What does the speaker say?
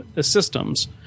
systems